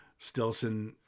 Stilson